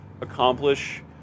accomplish